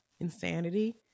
insanity